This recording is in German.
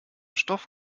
stoff